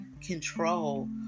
control